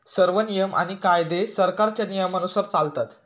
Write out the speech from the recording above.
सर्व नियम आणि कायदे सरकारच्या नियमानुसार चालतात